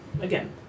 Again